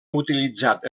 utilitzat